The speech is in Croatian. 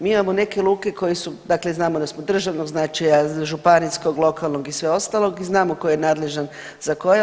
Mi imamo neke luke koje su, dakle znamo da smo državnog značaja, županijskog, lokalnog i sve ostalog i znamo tko je nadležan za koje.